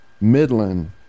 Midland